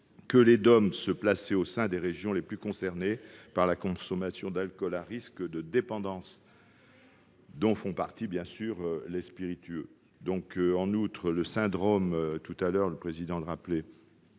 que les DOM se plaçaient au sein des régions les plus concernées par la consommation d'alcool à risque de dépendance, dont font partie, bien sûr, les spiritueux. En outre, le syndrome d'alcoolisation foetale fait